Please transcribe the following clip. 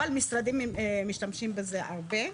אבל משרדים משתמשים בזה הרבה.